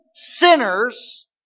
sinners